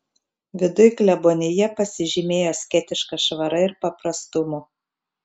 viduj klebonija pasižymėjo asketiška švara ir paprastumu